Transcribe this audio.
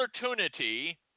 opportunity